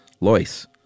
lois